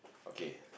okay